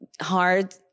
hard